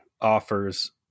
offers